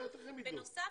בנוסף,